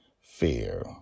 fear